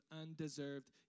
undeserved